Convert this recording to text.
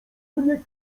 mnie